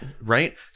Right